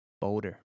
Boulder